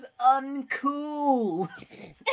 uncool